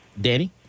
Danny